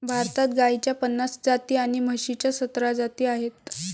भारतात गाईच्या पन्नास जाती आणि म्हशीच्या सतरा जाती आहेत